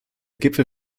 gipfel